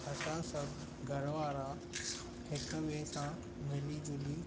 असां सभु घर वारा हिक ॿिए सां मिली जुली